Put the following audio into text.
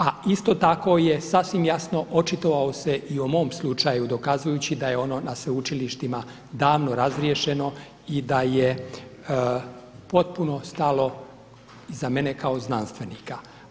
A isto tako je sasvim jasno očitovao se i o mom slučaju dokazujući da je ono na sveučilištima davno razriješeno i da je potpuno stalo iza mene kao znanstvenika.